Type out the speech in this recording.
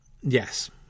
Yes